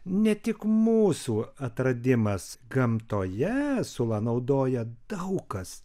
ne tik mūsų atradimas gamtoje sulą naudoja daug kas